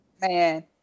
man